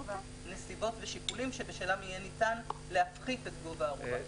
נסיבות ושיקולים שבשלהם יהיה ניתן להפחית את גובה הערובה".